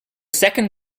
second